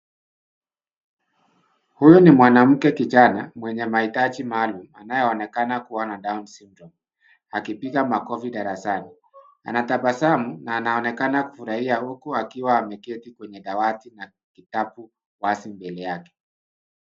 Huyu ni mwanamke kijana mwenye mahitaji maalum anayeonekana kuwa na down syndrome , akipiga makofi darasani. Anatabasamu na anaonekana kufurahia huku akiwa ameketi kwenye dawati na kitabu wazi mbele yake.